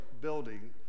building